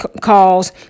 calls